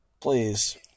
Please